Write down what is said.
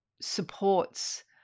supports